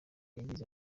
wagize